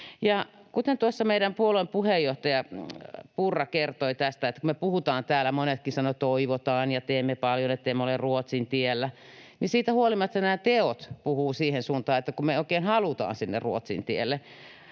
meidän puolueen puheenjohtaja Purra kertoi tästä, että kun me puhutaan täällä, niin monetkin sanovat, että ”toivotaan” ja ”teemme paljon, ettemme ole Ruotsin tiellä”, mutta siitä huolimatta nämä teot puhuvat siihen suuntaan, että me oikein halutaan sinne Ruotsin tielle.